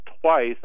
twice